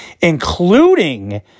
including